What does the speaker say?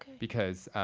because